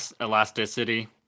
elasticity